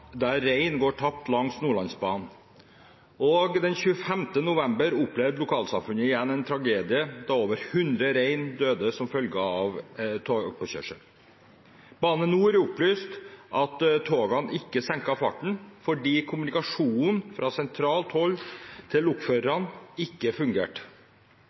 der rein går tapt langs Nordlandsbanen. 25. november opplevde lokalsamfunnet igjen en tragedie da over hundre rein døde som følge av togpåkjørsler. Bane Nor opplyste at togene ikke senket farten fordi kommunikasjonen fra sentralt hold til